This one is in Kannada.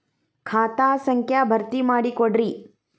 ಖಾತಾ ಸಂಖ್ಯಾ ಭರ್ತಿ ಮಾಡಿಕೊಡ್ರಿ